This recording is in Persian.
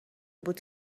بود